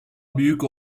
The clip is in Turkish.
büyük